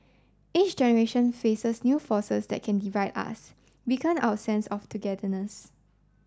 each generation faces new forces that can divide us weaken our sense of togetherness